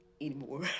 anymore